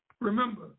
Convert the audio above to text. Remember